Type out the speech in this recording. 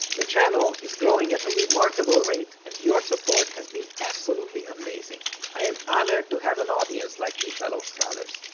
the channel is growing at a remarkable rate, and your support has been absolutely amazing. i am honored to have an audience like you fellow scholars.